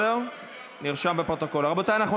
רגע, לא